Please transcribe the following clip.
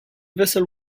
vessel